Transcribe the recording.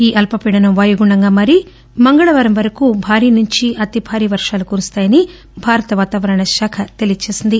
ఈ అల్పపీడనం వాయుగుండంగా మారి మంగళవారం వరకు భారీ నుంచి అతి భారీ వరాలు కురుస్తాయని భారత వాతావరణశాఖ తెలియచేసింది